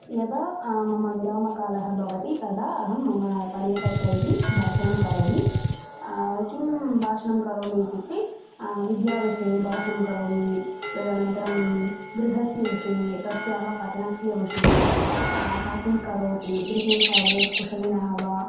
यदा मम विरामकालः भवति तदा अहं मम पर्यटकैः भाषणं करोमि किं भाषणं करोमि इत्युक्ते विद्याविषये भाषणं करोमि तदनन्तरं गृहस्य विषये तस्य पठनस्य विषये सः किं करोति गृहे सर्वे कुशलिनः वा